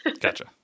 Gotcha